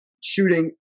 shooting